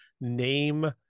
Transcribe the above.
name